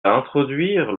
introduire